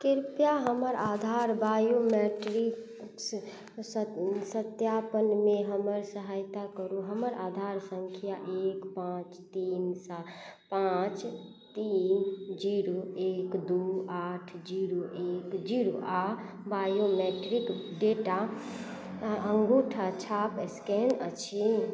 कृपया हमर आधार बायोमेट्रिक्स सत्यापनमे हमर सहायता करू हमर आधार संख्या एक पाँच तीन पाँच तीन जीरो एक दू आठ जीरो एक जीरो आ बायोमेट्रिक डेटा अंगूठा छाप स्कैन अछि